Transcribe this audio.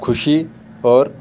ਖੁਸ਼ੀ ਔਰ